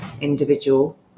individual